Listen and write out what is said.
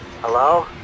Hello